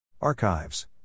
Archives